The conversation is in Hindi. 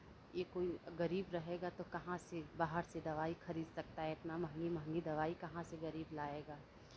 ये कोई गरीब रहेगा तो कहाँ से बाहर से दवाई खरीद सकता है एतना महंगी महंगी दवाई कहाँ से गरीब लाएगा